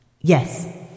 Yes